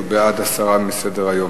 הוא בעד הסרה מסדר-היום.